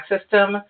system